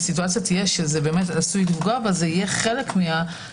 המצב יהיה שזה עשוי לפגוע בה - זה יהיה חלק מהקריטריונים